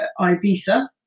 ibiza